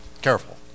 careful